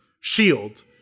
Shield